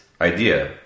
idea